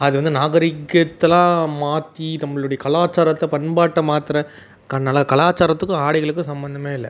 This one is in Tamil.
அது வந்து நாகரீகத்தைலாம் மாற்றி நம்மளுடைய கலாச்சாரத்தை பண்பாட்டை மாத்துற கலாச்சாரத்துக்கும் ஆடைகளுக்கும் சம்மந்தமே இல்லை